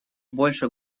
больше